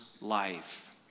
life